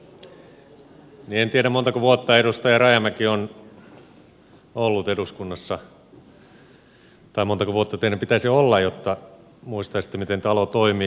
niin en tiedä montako vuotta edustaja rajamäki on ollut eduskunnassa tai montako vuotta teidän pitäisi olla jotta muistaisitte miten talo toimii